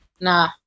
Nah